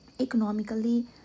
economically